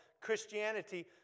Christianity